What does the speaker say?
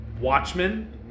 Watchmen